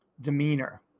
demeanor